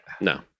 no